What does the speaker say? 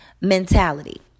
mentality